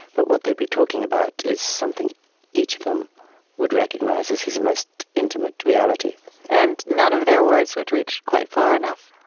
but what they'd be talking about is something each of them would recognize as his most intimate reality and none of their words would reach quite far enough,